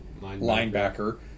linebacker